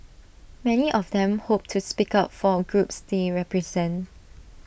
many of them hope to speak up for A groups they represent